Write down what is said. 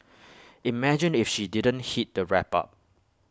imagine if she didn't heat the wrap up